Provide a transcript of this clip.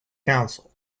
council